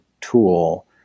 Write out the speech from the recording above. tool –